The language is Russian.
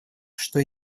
что